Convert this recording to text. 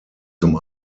zum